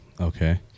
Okay